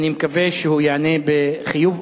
אני מקווה שהוא ייענה בחיוב,